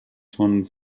tonnen